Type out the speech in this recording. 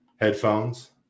headphones